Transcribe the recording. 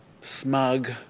smug